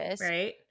right